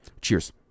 cheers